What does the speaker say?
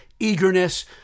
eagerness